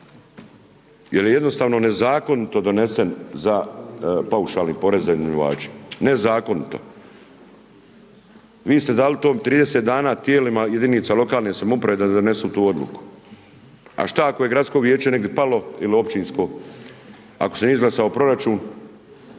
jer je jednostavno nezakonito donesen za paušalni porez za iznajmljivače, nezakonito. Vi ste dali tom 30 dana tijelima jedinica lokalne samouprave da donesu tu odluku a šta ako je gradsko vijeće negdje palo ili općinsko, ako se nije izglasao proračun,